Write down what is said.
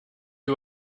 you